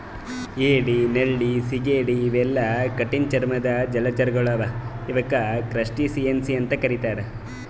ಏಡಿ ನಳ್ಳಿ ಸೀಗಡಿ ಇವೆಲ್ಲಾ ಕಠಿಣ್ ಚರ್ಮದ್ದ್ ಜಲಚರಗೊಳ್ ಅವಾ ಇವಕ್ಕ್ ಕ್ರಸ್ಟಸಿಯನ್ಸ್ ಅಂತಾ ಕರಿತಾರ್